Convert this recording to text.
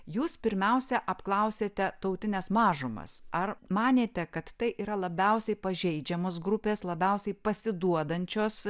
jūs pirmiausia apklausėte tautines mažumas ar manėte kad tai yra labiausiai pažeidžiamos grupės labiausiai pasiduodančios